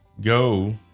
Go